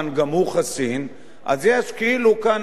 אז יש כאילו כאן איזשהו מצב שאנחנו אומרים: